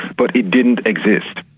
but it didn't exist.